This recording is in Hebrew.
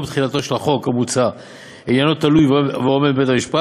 תחילתו של החוק המוצע עניינו תלוי ועומד בבית-המשפט,